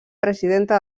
presidenta